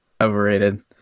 Overrated